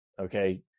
Okay